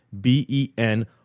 b-e-n